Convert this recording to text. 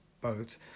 boat